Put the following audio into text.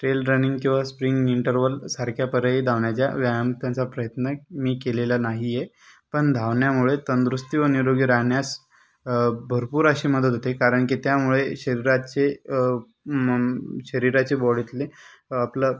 trail running किंवा स्प्रिंगलिंटरवलसारख्या परे धावण्याच्या व्यायाम त्यांचा प्रयत्न आहे मी केलेला नाही आहे पण धावण्यामुळे तंदुरुस्ती व निरोगी राहण्यास भरपूर अशी मदत होते कारण की त्यामुळे शरीराचे शरीराचे बॉडीतले आपलं